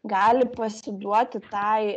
gali pasiduoti tai